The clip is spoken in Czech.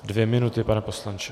Dvě minuty, pane poslanče.